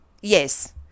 yes